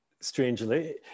strangely